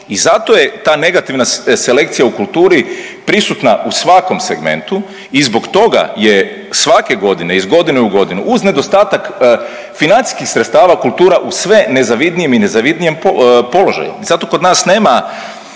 I zato je ta negativna selekcija u kulturi prisutna u svakom segmentu i zbog toga je svake godine iz godine u godinu uz nedostatak financijskih sredstava kultura u sve nezavidnijem i nezavidnijem položaju. I zato kod nas nema